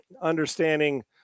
Understanding